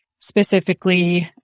specifically